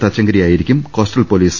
തച്ചങ്കരിയായിരിക്കും coastal police A